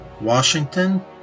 Washington